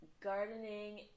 gardening